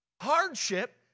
Hardship